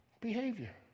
Behavior